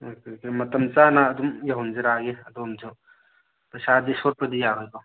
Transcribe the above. okay okay ꯃꯇꯝ ꯆꯥꯅ ꯑꯗꯨꯝ ꯌꯧꯍꯟꯖꯔꯛꯑꯒꯦ ꯑꯗꯣꯝꯁꯨ ꯄꯩꯁꯥꯗꯤ ꯁꯣꯠꯄꯗꯤ ꯌꯥꯔꯣꯏꯀꯣ